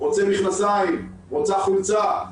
הוא רוצה מכנסיים או חולצה,